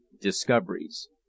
Discoveries